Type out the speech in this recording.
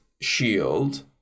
shield